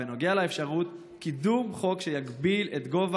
בנוגע לאפשרות קידום חוק שיגביל את גובה